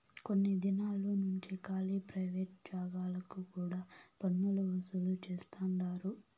కొన్ని దినాలు నుంచి కాలీ ప్రైవేట్ జాగాలకు కూడా పన్నులు వసూలు చేస్తండారు